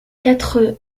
quatre